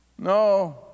No